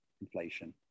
inflation